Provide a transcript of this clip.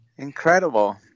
Incredible